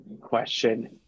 question